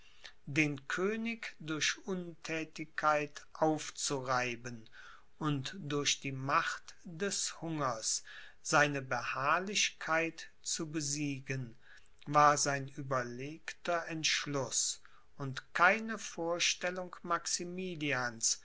den könig durch unthätigkeit aufzureiben und durch die macht des hungers seine beharrlichkeit zu besiegen war sein überlegter entschluß und keine vorstellung